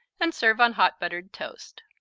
and serve on hot buttered toast.